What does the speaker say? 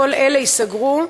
כל אלה ייסגרו,